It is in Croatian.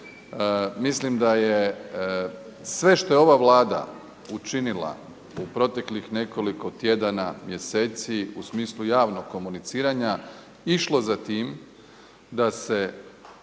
Mislim da je sve što je ova Vlada učinila u proteklih nekoliko tjedana, mjeseci u smislu javnog komuniciranja išlo za tim da se